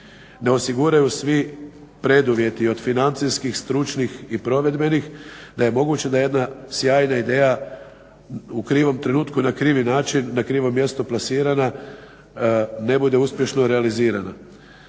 ne osiguraju svi preduvjeti od financijskih, stručnih i provedbenih. Da je moguće da jedna sjajna ideja u krivom trenutku, i na krivi način, na krivom mjestu plasirana ne bude uspješno realizirana.